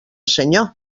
senyor